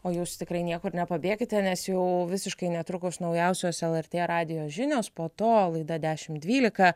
o jūs tikrai niekur nepabėkite nes jau visiškai netrukus naujausios lrt radijo žinios po to laida dešimt dvylika